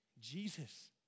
Jesus